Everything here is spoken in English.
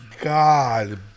God